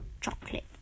chocolate